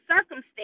circumstance